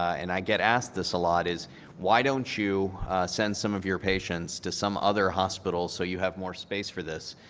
and i get asked this a lot, is why don't you send some of your patients to some other hospitals so you have more space for this,